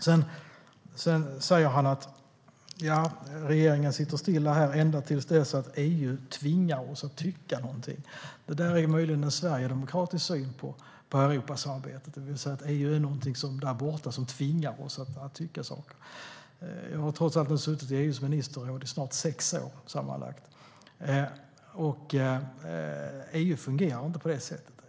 Sedan säger han: Regeringen sitter still ända till dess EU tvingar oss att tycka någonting. Det är möjligen en sverigedemokratisk syn på Europasamarbetet. EU är någonting där borta som tvingar oss att tycka saker. Jag har trots allt suttit i EU:s ministerråd i snart sex år sammanlagt. EU fungerar inte på det sättet.